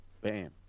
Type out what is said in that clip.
Bam